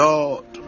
Lord